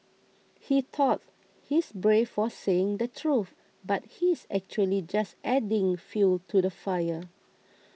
he thought he's brave for saying the truth but he's actually just adding fuel to the fire